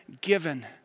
given